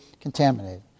contaminated